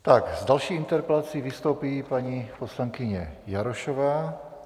S další interpelací vystoupí paní poslankyně Jarošová.